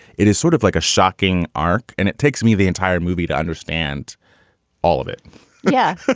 it is sort of like a shocking arc. and it takes me the entire movie to understand all of it yeah,